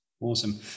Awesome